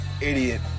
idiot